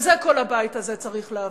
ואת זה כל הבית הזה צריך להבין,